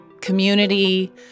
community